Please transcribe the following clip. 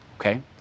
Okay